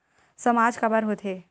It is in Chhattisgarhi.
सामाज काबर हो थे?